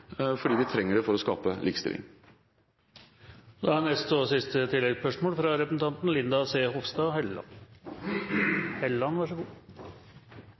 fordi vi trenger det for å skape likestilling. Linda C. Hofstad